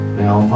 now